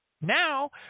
now